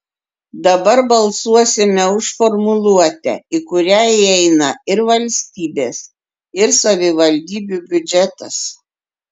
dabar balsuosime už formuluotę į kurią įeina ir valstybės ir savivaldybių biudžetas